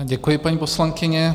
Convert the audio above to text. Děkuji, paní poslankyně.